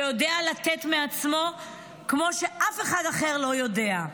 שיודע לתת מעצמו כמו שאף אחד אחר לא יודע.